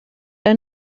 ein